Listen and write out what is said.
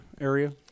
area